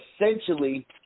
essentially